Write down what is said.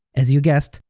as you guessed,